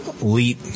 elite